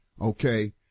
Okay